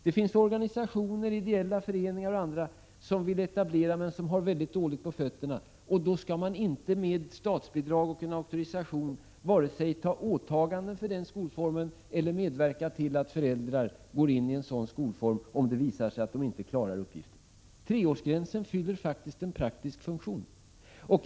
Det finns organisationer, ideella föreningar och andra som vill etablera men som har väldigt dåligt på fötterna, och då skall man inte med statsbidrag och auktorisation vare sig göra åtaganden för den skolformen eller medverka till att föräldrar går in i den, om det visar sig att de inte klarar uppgiften. Treårsgränsen fyller faktiskt en praktisk funktion.